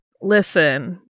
Listen